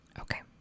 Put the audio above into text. Okay